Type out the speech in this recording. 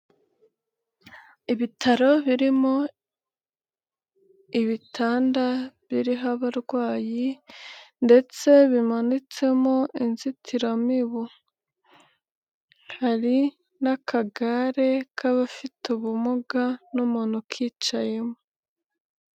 Ibitaro birimo ibitanda biriho abarwayi ndetse bimanitsemo inzitiramibu. Hari n'akagare k'abafite ubumuga n'umuntu kicayemo.